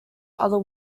other